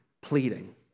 pleading